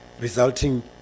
resulting